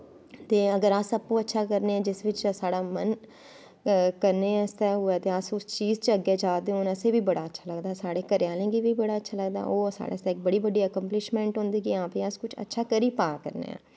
ते अगर अस आपू अच्छा करा ने आं जिस बिच्च साढ़ा मन करने आस्तै होऐ ते अस उस चीज़ च अग्गैं जा दे होन असें बी बड़ा अच्छा लगदा साढ़े घरे आह्लें गी बी अच्चा लगदा ओह् साढ़ै आस्तै इक बड़ी बड्डी अकम्पलिशमैंट होंदी कि हां अस कुछ अच्छी करी पा करने आं